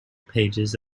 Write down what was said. pages